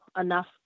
enough